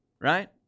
Right